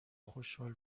خشحال